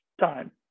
time